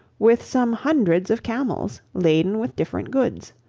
with some hundreds of camels, laden with different goods.